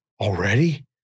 Already